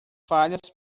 falhas